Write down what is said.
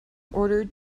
order